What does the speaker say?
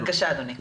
בבקשה אדוני.